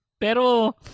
Pero